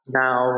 Now